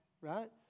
Right